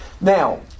Now